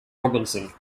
robinson